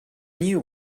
knew